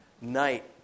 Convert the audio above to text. night